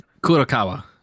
Kurokawa